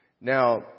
Now